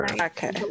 Okay